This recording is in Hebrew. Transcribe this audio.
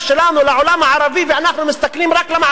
לעולם הערבי ואנחנו מסתכלים רק למערב.